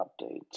updates